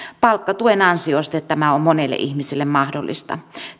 palkkatuen ansiosta tämä on monelle ihmiselle mahdollista